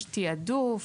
יש תיעדוף,